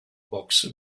box